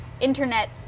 Internet